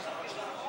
סעיפים 1 5 נתקבלו.